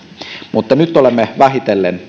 mutta nyt olemme vähitellen